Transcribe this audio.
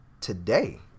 today